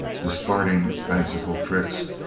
discarding fanciful tricks,